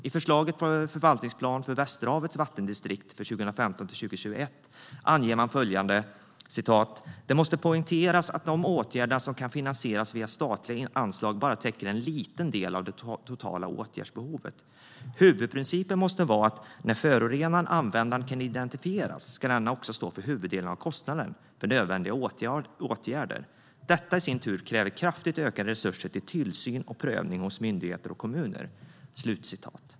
I förslaget på förvaltningsplan för Västerhavets vattendistrikt för 2015-2021 anger man följande: "Det måste poängteras att de åtgärder som kan finansieras via statliga anslag bara täcker en liten del av det totala åtgärdsbehovet. Huvudprincipen måste vara att när förorenaren/användaren kan identifieras ska denna också stå för huvuddelen av kostnaderna för nödvändiga åtgärder. Detta kräver i sin tur kraftigt ökade resurser till tillsyn och prövning på myndigheter och kommuner."